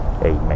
Amen